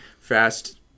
fast